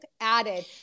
added